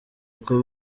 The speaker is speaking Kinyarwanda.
uko